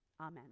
Amen